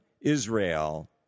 Israel